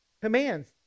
commands